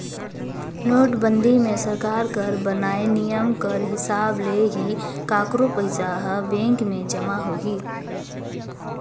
नोटबंदी मे सरकार कर बनाय नियम कर हिसाब ले ही काकरो पइसा हर बेंक में जमा होही